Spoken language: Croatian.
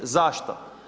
Zašto?